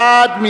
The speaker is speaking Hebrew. להצביע.